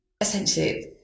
essentially